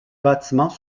bâtiments